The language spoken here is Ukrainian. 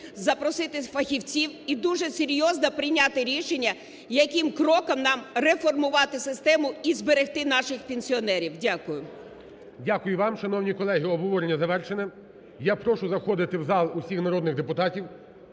запросити фахівців і дуже серйозно прийняти рішення, яким кроком нам реформувати систему і зберегти наших пенсіонерів. Дякую. ГОЛОВУЮЧИЙ. Дякую вам. Шановні колеги, обговорення завершене. Я прошу заходити в зал всіх народних депутатів